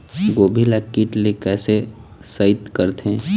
गोभी ल कीट ले कैसे सइत करथे?